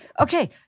Okay